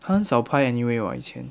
他很少拍 anyway what 以前